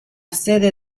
sede